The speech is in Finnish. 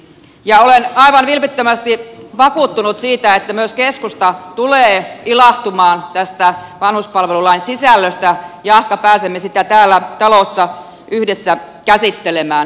olen aivan vilpittömästi vakuuttunut siitä että myös keskusta tulee ilahtumaan tästä vanhuspalvelulain sisällöstä jahka pääsemme sitä täällä talossa yhdessä käsittelemään